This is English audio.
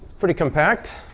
pretty compact.